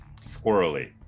squirrely